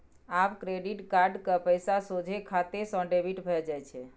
आब credit card क पैसा सोझे खाते सँ डेबिट भए जाइत छै